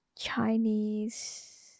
chinese